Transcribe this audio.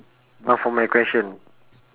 now for my question